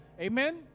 Amen